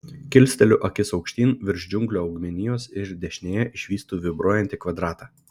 kilsteliu akis aukštyn virš džiunglių augmenijos ir dešinėje išvystu vibruojantį kvadratą